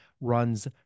runs